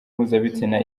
mpuzabitsina